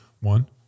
One